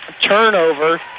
turnover